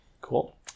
Cool